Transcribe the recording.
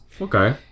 Okay